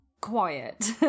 quiet